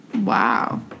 Wow